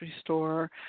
store